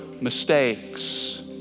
mistakes